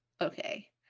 okay